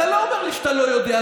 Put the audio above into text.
אתה לא אומר לי שאתה לא יודע,